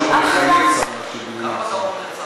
בעניין הזה אני,